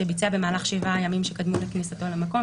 שביצע במהלך 7 הימים שקדמו לכניסתו למקום,